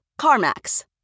CarMax